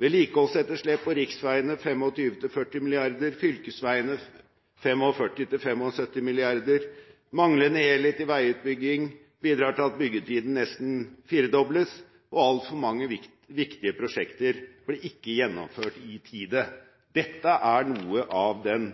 vedlikeholdsetterslep på riksveiene på mellom 25 mrd. kr og 40 mrd. kr, og for fylkesveiene på mellom 45 mrd. kr og 75 mrd. kr manglende helhet i veiutbyggingen bidrar til at byggetiden nesten firedobles, og til at altfor mange viktige prosjekter ikke blir gjennomført i tide Dette er noe av den